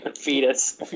Fetus